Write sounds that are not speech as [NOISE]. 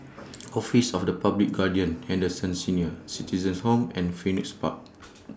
[NOISE] Office of The Public Guardian Henderson Senior Citizens' Home and Phoenix Park [NOISE]